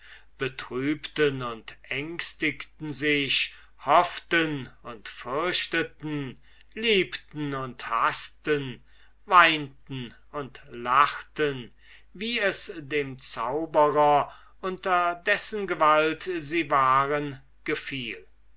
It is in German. betrübten und ängstigten sich hofften und fürchteten liebten und haßten weinten und lachten wie es dem zauberer unter dessen gewalt sie waren gefiel